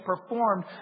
performed